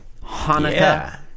Hanukkah